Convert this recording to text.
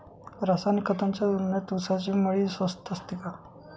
रासायनिक खतांच्या तुलनेत ऊसाची मळी स्वस्त असते का?